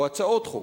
או הצעות חוק,